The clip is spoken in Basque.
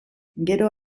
gero